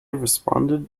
responded